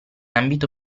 ambito